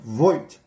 void